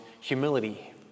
humility